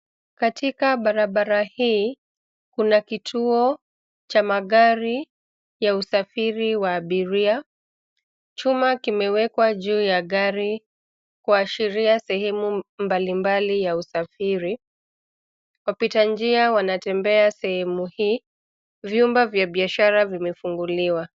Katika barabara hii, kuna kituo, cha magari, ya usafiri wa abiria, chuma kimewekwa juu ya gari, kuashiria sehemu mbali mbali ya usafiri, wapita njia wanatembea sehemu hii, vyumba vya biashara vimefunguliwa.